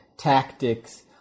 tactics